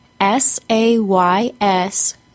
S-A-Y-S